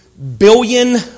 Billion